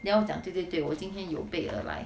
then 我讲对对对我今天有备而来